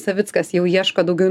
savickas jau ieško daugiau